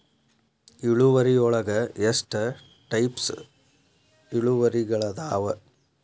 ಇಳುವರಿಯೊಳಗ ಎಷ್ಟ ಟೈಪ್ಸ್ ಇಳುವರಿಗಳಾದವ